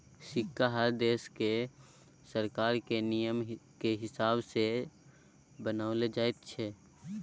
सिक्का हरेक देशक सरकार केर नियमकेँ हिसाब सँ बनाओल जाइत छै